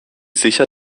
sicher